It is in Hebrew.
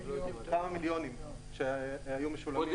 כמה מיליונים בודדים.